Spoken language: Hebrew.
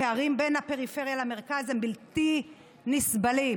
הפערים בין הפריפריה למרכז הם בלתי נסבלים.